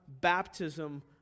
baptism